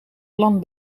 plan